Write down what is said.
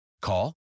Call